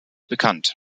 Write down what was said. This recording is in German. bekannt